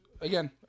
again